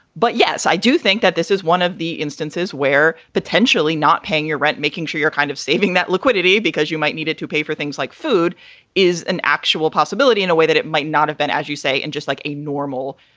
but yes, i do think that this is one of the instances where potentially not paying your rent, making sure your kind of saving that liquidity because you might need it to pay for things like food is an actual possibility in a way that it might not have been, as you say. and just like a normal,